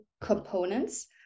components